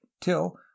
till